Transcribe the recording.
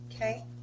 Okay